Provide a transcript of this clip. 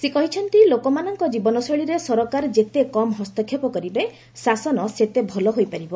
ସେ କହିଛନ୍ତି ଲୋକମାନଙ୍କ ଜୀବନଶୈଳୀରେ ସରକାର ଯେତେ କମ୍ ହସ୍ତକ୍ଷେପ କରିବେ ଶାସନ ସେତେ ଭଲ ହୋଇପାରିବ